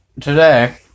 today